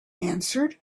answered